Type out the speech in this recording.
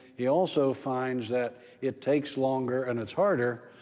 he also finds that it takes longer and it's harder,